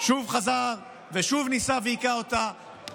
שוב חזר ושוב ניסה והיכה אותה.